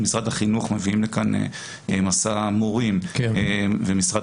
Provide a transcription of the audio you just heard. החינוך מביאים לכאן 'מסע מורים' ומשרד